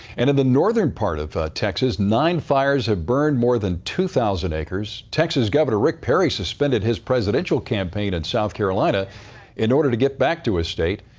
and in the northern part of texas, nine fires have burned more than two thousand acres. texas governor rick perry suspended his presidential campaign in south carolina in order to get back to his state.